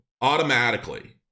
automatically